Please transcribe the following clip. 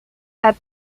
had